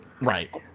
Right